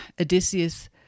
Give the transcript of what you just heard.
Odysseus